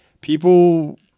people